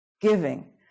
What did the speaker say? giving